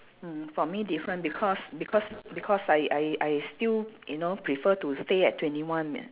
mm for me different because because because I I I still you know prefer to stay at twenty one me~